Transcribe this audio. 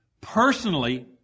personally